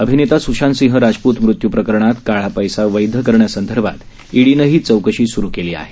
अभिनेता स्शांतसिंह राजपूत मृत्यू प्रकरणात काळा पैसा वैध करण्यासंदर्भात ईडीनं ही चौकशी सुरु केली आहे